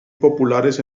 populares